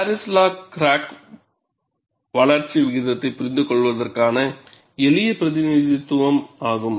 Paris law crack வளர்ச்சி விகிதத்தைப் புரிந்துகொள்வதற்கான எளிய பிரதிநிதித்துவம் ஆகும்